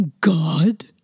God